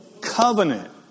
Covenant